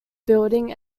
building